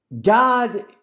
God